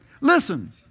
Listen